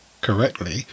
correctly